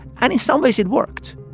and in some ways, it worked